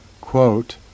quote